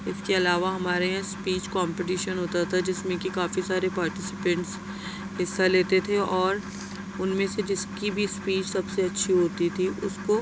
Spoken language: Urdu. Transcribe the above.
اس کے علاوہ ہمارے یہاں اسپیچ کومپٹیشن ہوتا تھا جس میں کہ کافی سارے پارٹیسیپینٹس حصہ لیتے تھے اور ان میں سے جس کی بھی اسپیچ سب سے اچھی ہوتی تھی اس کو